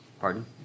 Pardon